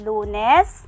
Lunes